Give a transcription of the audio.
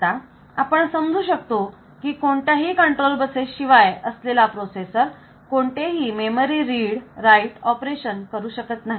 आता आपण समजू शकतो की कोणत्याही कंट्रोल बसेस शिवाय असलेला प्रोसेसर कोणतेही मेमरी रिड राईट ऑपरेशन करू शकत नाही